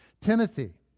Timothy